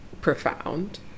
profound